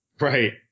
Right